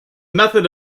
method